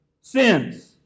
sins